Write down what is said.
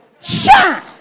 shine